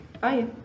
Bye